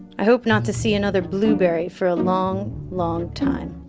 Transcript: i hope not to see another blueberry for a long, long time